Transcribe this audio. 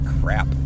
crap